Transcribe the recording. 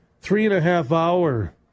three-and-a-half-hour